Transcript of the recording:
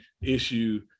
issue